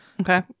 okay